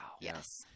Yes